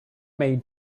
may